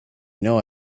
know